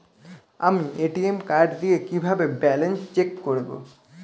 আমি ATM card দিয়ে কিভাবে ব্যালেন্স চেক করব?